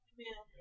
Amen